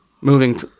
moving